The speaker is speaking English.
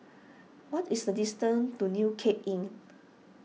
what is the distance to New Cape Inn